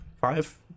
five